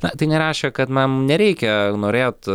na tai nereiškia kad na nereikia norėt